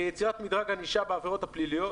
יצירת מדרג ענישה בעבירות הפליליות